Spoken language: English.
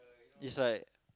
is like